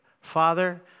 Father